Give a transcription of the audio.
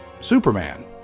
Superman